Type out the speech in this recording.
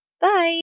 Bye